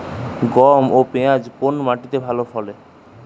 গম এবং পিয়াজ কোন মাটি তে ভালো ফলে?